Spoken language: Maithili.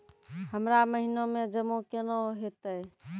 हमरा महिना मे जमा केना हेतै?